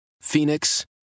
Phoenix